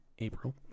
April